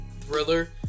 thriller